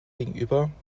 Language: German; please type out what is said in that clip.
gegenüber